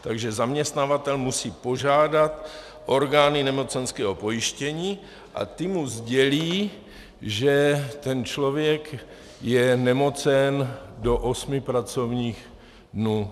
Takže zaměstnavatel musí požádat orgány nemocenského pojištění a ty mu sdělí, že ten člověk je nemocen, do osmi pracovních dnů.